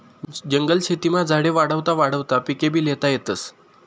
जंगल शेतीमा झाडे वाढावता वाढावता पिकेभी ल्हेता येतस